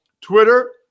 Twitter